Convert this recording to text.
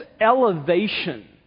elevation